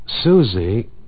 Susie